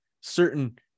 certain